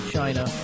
China